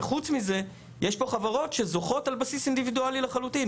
וחוץ מזה יש פה חברות שזוכות על בסיס אינדיבידואלי לחלוטין,